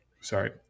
sorry